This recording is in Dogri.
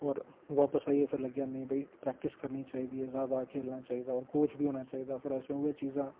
बापस आइयै फिर लग्गेआ नेईं भई प्रैक्टिस करनी चाहिदी ऐ ज़्यादा खेलना चाहिदा होर कोच बी होना चाहिदा फिर असैं उयै चीजां